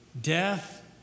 death